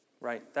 right